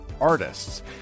artists